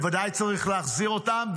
בוודאי צריך להחזיר אותם,